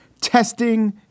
testing